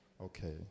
Okay